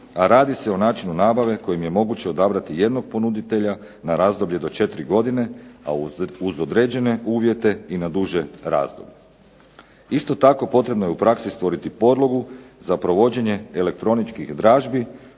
a radi se o načinu nabave kojim je moguće odabrati jednog ponuditelja na razdoblje do četiri godine, a uz određene uvjete i na duže razdoblje. Isto tako, potrebno je u praksi stvoriti podlogu za provođenje elektroničkih dražbi